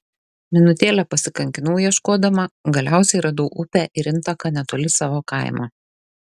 minutėlę pasikankinau ieškodama galiausiai radau upę ir intaką netoli savo kaimo